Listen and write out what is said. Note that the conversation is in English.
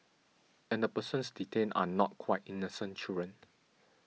and the persons detained are not quite innocent children